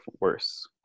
worse